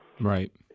Right